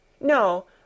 No